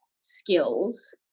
skills